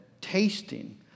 tasting